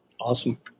Awesome